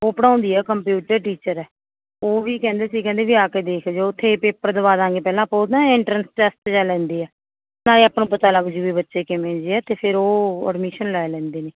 ਉਹ ਪੜ੍ਹਾਉਂਦੀ ਹੈ ਕੰਪਿਊਟਰ ਟੀਚਰ ਹੈ ਉਹ ਵੀ ਕਹਿੰਦੇ ਸੀ ਕਹਿੰਦੇ ਵੀ ਆ ਕੇ ਵੀ ਦੇਖਜੋ ਉੱਥੇ ਪੇਪਰ ਦੇਵਾ ਦਾਂਗੇ ਪਹਿਲਾਂ ਆਪਾਂ ਉਹ ਨਾ ਐਂਟਰੈਸ ਟੈਸਟ ਜਿਹਾ ਲੈਂਦੇ ਹੈ ਨਾਲੇ ਆਪਾਂ ਨੂੰ ਪਤਾ ਲੱਗ ਜੂ ਵੀ ਬੱਚੇ ਕਿਵੇਂ ਜੇ ਹੈ ਅਤੇ ਫਿਰ ਉਹ ਅਡਮੀਸ਼ਨ ਲੈ ਲੈਂਦੇ ਨੇ